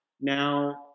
now